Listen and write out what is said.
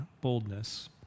boldness